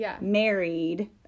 married